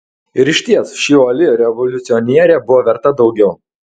ir išties ši uoli revoliucionierė buvo verta daugiau